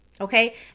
Okay